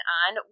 on